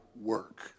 work